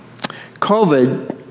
COVID